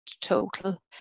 total